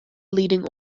leading